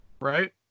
right